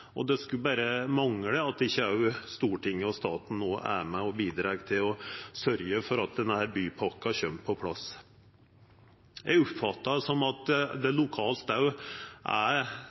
det skulle berre mangla at ikkje òg Stortinget og staten no er med og bidreg til å sørgja for at denne bypakka kjem på plass. Eg oppfattar at det lokalt òg er